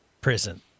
prison